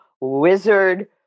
wizard